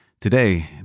Today